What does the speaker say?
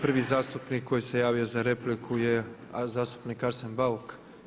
Prvi zastupnik koji se javio za repliku je zastupnik Arsen Bauk.